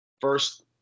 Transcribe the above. first—